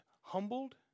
humbled